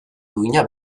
duina